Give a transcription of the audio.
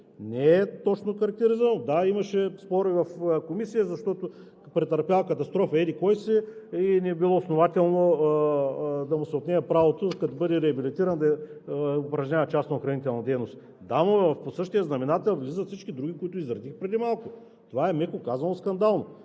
Не е точно характеризирано. Да, имаше спорове в Комисията, защото претърпял катастрофа еди-кой си и не било основателно да му се отнема правото, като бъде реабилитиран, да упражнява частна охранителна дейност. Да, но под същия знаменател влизат всички други, които изредих преди малко. Това е, меко казано, скандално.